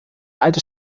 alte